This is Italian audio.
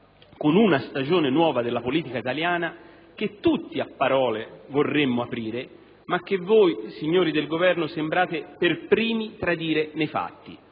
con una stagione nuova della politica italiana che tutti a parole vorremmo aprire, ma che voi, signori del Governo, sembrate per primi tradire nei fatti.